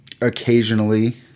occasionally